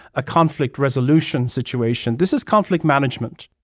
a conflict resolution situation. this is conflict management